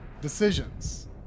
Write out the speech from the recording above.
decisions